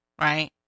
right